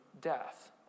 death